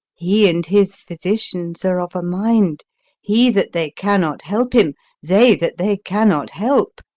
he and his physicians are of a mind he, that they cannot help him they, that they cannot help.